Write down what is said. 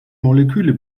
moleküle